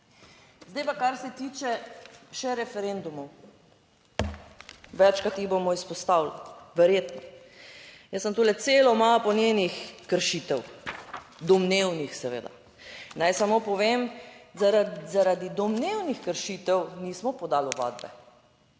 Zdaj pa kar se tiče še referendumov. Večkrat jih bomo izpostavili, verjetno. Jaz imam tule celo mapo njenih kršitev, domnevnih, seveda, naj samo povem, da zaradi domnevnih kršitev nismo podali ovadbe,